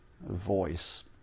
voice